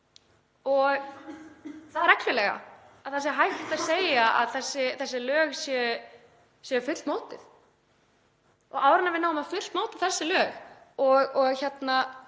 og það reglulega að það sé hægt að segja að þessi lög séu fullmótuð. Og áður en að við náum að fullmóta þessi lög